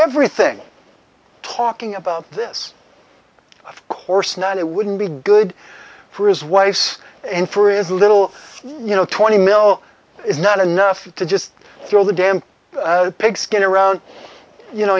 everything talking about this of course not it wouldn't be good for his wife's and for is a little you know twenty mil is not enough to just throw the damn pig skin around you know